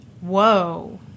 Whoa